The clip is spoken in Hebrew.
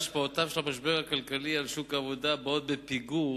השפעותיו של המשבר הכלכלי על שוק העבודה באות בפיגור